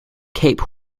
cape